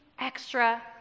extra